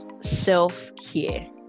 self-care